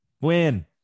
Win